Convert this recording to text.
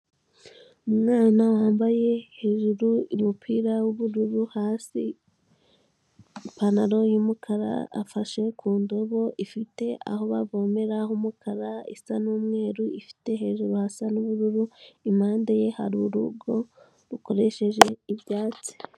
Umwana wambaye hejuru umupira w'ubururu, hasi ipantaro y'umukara, afashe ku ndobo ifite aho bavomera h'umukara, isa n'umweru, ifite hejuru hasa n'ubururu, impande ye hari urugo rukoresheje ibyatsi.